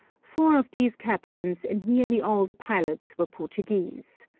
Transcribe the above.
four of these captains and nearly all the pilots were portuguese.